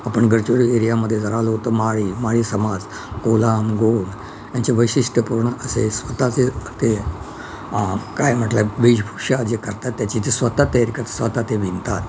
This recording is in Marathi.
आपण गडचिरोली एरियामध्ये जर आलो तर माळी माळी समाज कोलाम गोंड यांचे वैशिष्ट्यपूर्ण असे स्वतःचे ते काय म्हटलं वेशभूषा जे करतात त्याची ते स्वतः तयारी करतात स्वतः ते विणतात